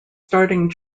starting